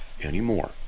anymore